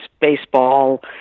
baseball